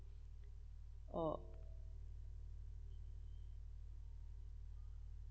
oh